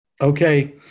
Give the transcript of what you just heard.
Okay